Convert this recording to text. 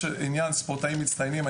יש עניין של ספורטאים מצטיינים.